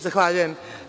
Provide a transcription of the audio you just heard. Zahvaljujem.